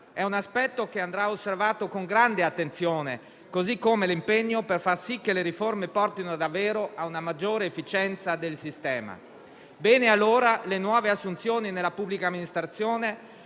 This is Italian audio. È un aspetto che andrà osservato con grande attenzione, così come l'impegno per far sì che le riforme portino davvero a una maggiore efficienza del sistema. Bene allora le nuove assunzioni nella pubblica amministrazione,